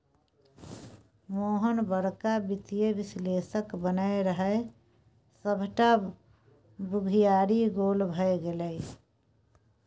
मोहन बड़का वित्तीय विश्लेषक बनय रहय सभटा बुघियारी गोल भए गेलै